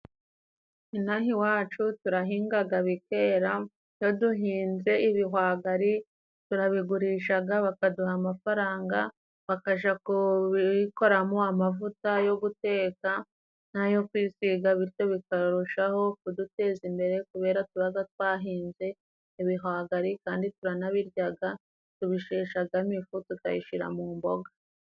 Inaha iwacu turahingaga bikera iyo duhinze ibihwagari turabigurishaga bakaduha amafaranga bakaja kubikoramo amavuta yo guteka n'ayo kwisiga bityo bikarushaho kuduteza imbere kubera tubaga twahinze ibihwagari kandi turanabiryaga , tubisheshagamo ifu tukayishira mu mboga.